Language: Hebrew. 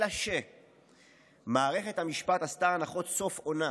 אלא שמערכת המשפט עשתה הנחות סוף עונה